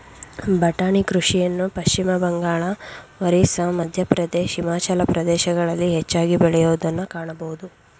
ಬಟಾಣಿ ಕೃಷಿಯನ್ನು ಪಶ್ಚಿಮಬಂಗಾಳ, ಒರಿಸ್ಸಾ, ಮಧ್ಯಪ್ರದೇಶ್, ಹಿಮಾಚಲ ಪ್ರದೇಶಗಳಲ್ಲಿ ಹೆಚ್ಚಾಗಿ ಬೆಳೆಯೂದನ್ನು ಕಾಣಬೋದು